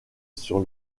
sur